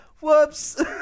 whoops